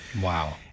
Wow